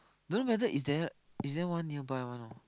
don't know whether is there is there one nearby one not